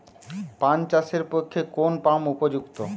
পান চাষের পক্ষে কোন পাম্প উপযুক্ত?